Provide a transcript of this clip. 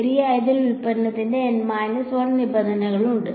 ശരിയായതിനാൽ ഉൽപ്പന്നത്തിൽ N 1 നിബന്ധനകൾ ഉണ്ട്